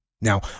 Now